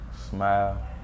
smile